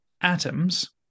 atoms